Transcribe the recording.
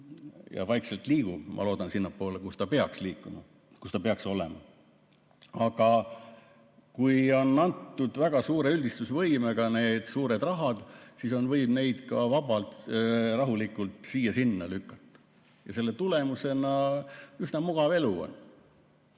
vaikselt liigub, ma loodan, sinnapoole, kuhu ta peaks liikuma, kus ta peaks olema. Aga kui on antud väga suure üldistusvõimega need suured rahad, siis võib neid rahulikult siia-sinna lükata ja selle tulemusena on üsna mugav elu.